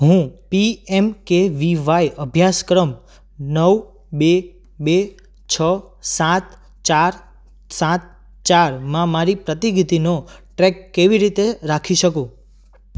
હું P M K V Y અભ્યાસક્રમ નવ બે બે છ સાત ચાર સાત ચારમાં મારી પ્રગતિનો ટ્રેક કેવી રીતે રાખી શકું